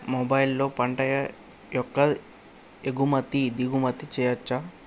మొబైల్లో పంట యొక్క ఎగుమతి దిగుమతి చెయ్యచ్చా?